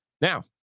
Now